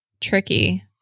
tricky